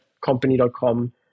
company.com